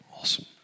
Awesome